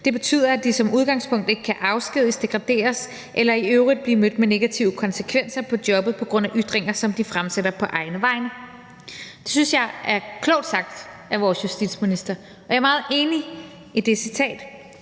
Det betyder, at de som udgangspunkt ikke kan afskediges, degraderes eller i øvrigt blive mødt med negative konsekvenser på jobbet på grund af ytringer, som de fremsætter på egne vegne. Det synes jeg er klogt sagt af vores justitsminister, og jeg er meget enig i det citat.